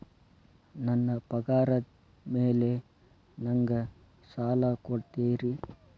ನನ್ನ ಪಗಾರದ್ ಮೇಲೆ ನಂಗ ಸಾಲ ಕೊಡ್ತೇರಿ?